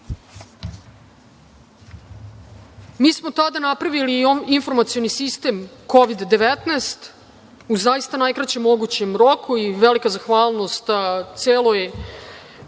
ih. Mi smo tada napravili i informacioni sistem Kovid – 19 u zaista najkraćem mogućem roku, i velika zahvalnost celoj